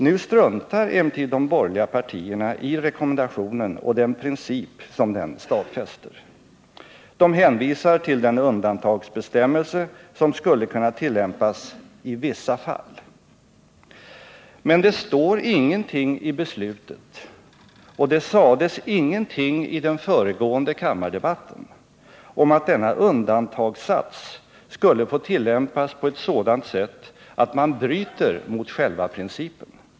Nu struntar emellertid de borgerliga partierna i rekommendationen och den princip som den stadfäster. De hänvisar till den undantagsbestämmelse som skulle kunna tillämpas ”i vissa fall”. Men det står ingenting i beslutet och det sades ingenting i den föregående kammardebatten om att denna undantagssats skulle få tillämpas på ett sådant sätt, att man bryter mot själva principen.